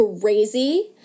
crazy